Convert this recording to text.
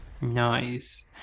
nice